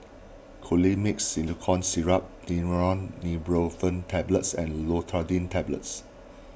Colimix Simethicone Syrup Daneuron Neurobion Tablets and Loratadine Tablets